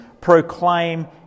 proclaim